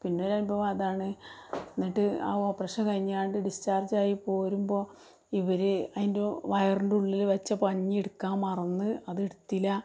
പിന്നെ ഒരനുഭവം അതാണ് എന്നിട്ട് ആ ഓപറേഷൻ കഴിഞ്ഞാണ്ട് ഡിസ്ചാർജായി പോരുമ്പോൾ ഇവർ അതിൻ്റെ വയറിൻ്റെ ഉള്ളിൽ വച്ച പഞ്ഞി എടുക്കാൻ മറന്നു അതെടുത്തില്ല